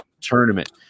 tournament